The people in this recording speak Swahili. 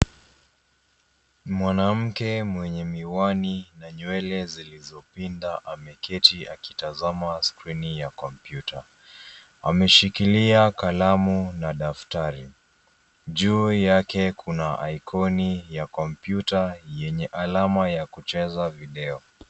Mwanamke mwenye miwani na nywele zilizopinda ameketi akitazama skrini ya kompyuta. Ameshikilia kalamu na daftari. Juu yake kuna ikoni ya kompyuta yenye alama ya kucheza video.